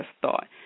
thought